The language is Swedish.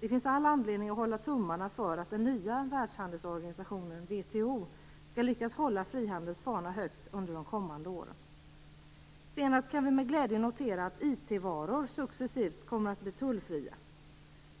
Det finns all anledning att hålla tummarna för att den nya världshandelsorganisationen, WTO, skall lyckas hålla frihandelns fana högt under de kommande åren. Senast har vi med glädje kunnat notera att IT-varor successivt kommer att bli tullfria.